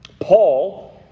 Paul